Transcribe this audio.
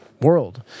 world